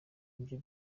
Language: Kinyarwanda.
ibyo